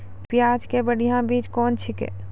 प्याज के बढ़िया बीज कौन छिकै?